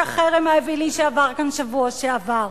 החרם האווילי שעבר כאן בשבוע שעבר.